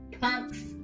punks